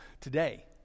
today